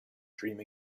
dream